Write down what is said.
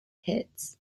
hits